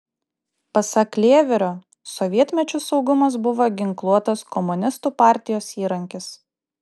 pasak lėverio sovietmečiu saugumas buvo ginkluotas komunistų partijos įrankis